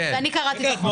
כי אני קראתי את החומר.